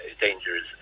dangerous